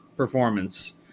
performance